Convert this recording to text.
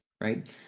right